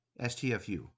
STFU